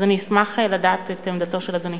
אז אני אשמח לדעת את עמדתו של אדוני.